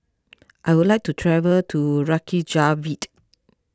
I would like to travel to Reykjavik